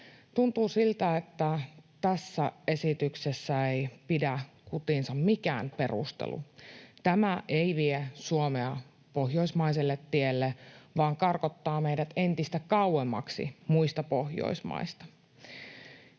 Tuntuu siltä, että tässä esityksessä ei pidä kutinsa mikään perustelu. Tämä ei vie Suomea pohjoismaiselle tielle vaan karkottaa meidät entistä kauemmaksi muista Pohjoismaista.